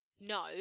No